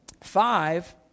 five